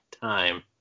time